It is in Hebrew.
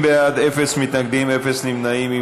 60 בעד, אין מתנגדים, אין נמנעים.